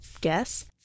guess